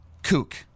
kook